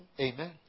Amen